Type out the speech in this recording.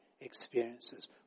experiences